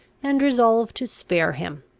and resolve to spare him,